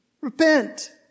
Repent